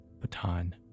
baton